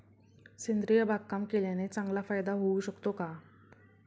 सेंद्रिय बागकाम केल्याने चांगला फायदा होऊ शकतो का?